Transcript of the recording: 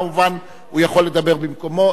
כמובן הוא יכול לדבר במקומו.